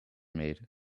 made